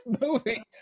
movie